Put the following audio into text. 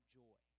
joy